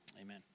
Amen